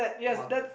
what the